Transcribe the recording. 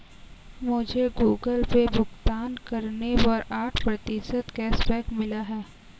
मुझे Google Pay भुगतान करने पर आठ प्रतिशत कैशबैक मिला है